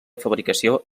fabricació